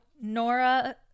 Nora